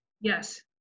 Yes